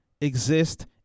exist